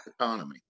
economy